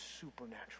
supernatural